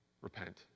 Repent